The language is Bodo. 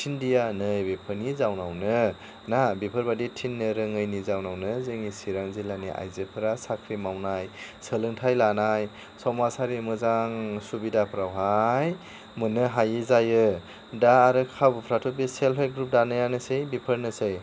थिनदिया नै बेफोरनि जाउनावनो ना बिफोरबायदि थिननो रोङैनि जाउनावनो जोंनि चिरां जिल्लानि आइजोफोरा साख्रि मावनाय सोलोंथाइ लानाय समाजारि मोजां सुबिदाफ्रावहाय मोननो हायै जायो दा आरो खाबुफ्राथ बे सेल्प हेल्प ग्रुप दानायानोसै बेफोरनोसै